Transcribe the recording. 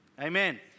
Amen